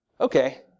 Okay